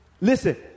Listen